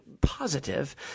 positive